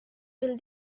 will